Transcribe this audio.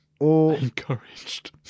Encouraged